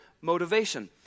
motivation